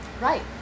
Right